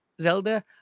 Zelda